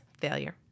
failure